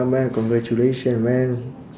man congratulation man